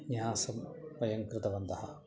न्यासं वयं कृतवन्तः